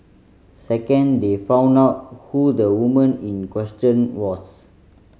second they found out who the woman in question was